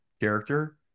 character